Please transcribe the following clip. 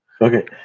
Okay